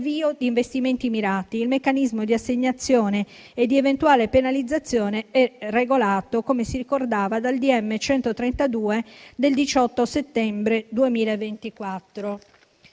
di investimenti mirati. Il meccanismo di assegnazione e di eventuale penalizzazione è regolato, come si ricordava, dal decreto ministeriale 18 settembre 2024,